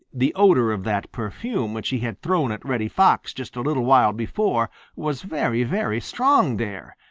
the odor of that perfume which he had thrown at reddy fox just a little while before was very, very strong there,